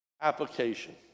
Application